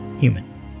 Human